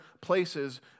places